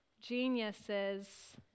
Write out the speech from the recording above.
geniuses